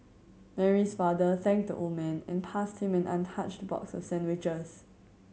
Mary's father thanked the old man and passed him an untouched boxes sandwiches